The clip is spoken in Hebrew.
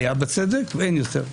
היה בצדק ואין יותר.